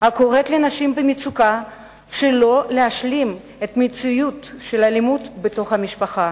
הקוראת לנשים במצוקה שלא להשלים עם מציאות של אלימות בתוך המשפחה.